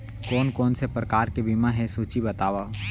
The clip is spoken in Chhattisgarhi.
कोन कोन से प्रकार के बीमा हे सूची बतावव?